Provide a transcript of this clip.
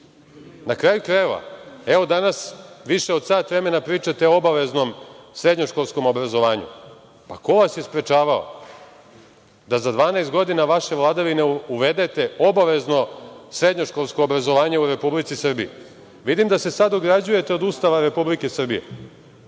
Na kraju krajeva, evo danas više od sat vremena pričate o obaveznom srednješkolskom obrazovanju, pa ko vas je sprečavao da za 12 godina vaše vladavine uvedete obavezno srednješkolsko obrazovanje u Republici Srbiji. Vidim da se sada ograđujete od Ustava Republike Srbije,